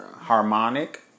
harmonic